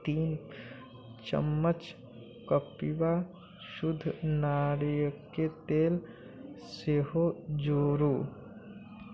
तीन चम्मच कपिवा शुद्ध नारिके तेल सेहो जोड़ू